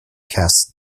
cast